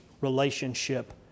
relationship